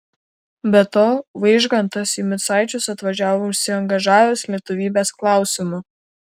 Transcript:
be to vaižgantas į micaičius atvažiavo užsiangažavęs lietuvybės klausimu